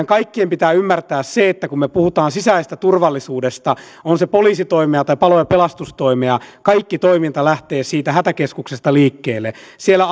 kaikkien pitää ymmärtää se että kun me puhumme sisäisestä turvallisuudesta on se poliisitoimea tai palo ja pelastustoimea kaikki toiminta lähtee siitä hätäkeskuksesta liikkeelle siellä